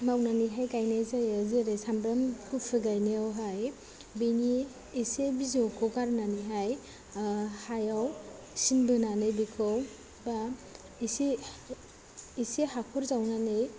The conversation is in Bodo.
मावनानैहाय गायनाय जायो जेरै सामब्राम गुफुर गायनायावहाय बेनि एसे बिजौखौ गारनानैहाय हायाव सिन बोनानै बेखौ बा एसे एसे हाखर जावनानै